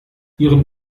ihren